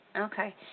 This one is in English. okay